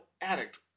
addict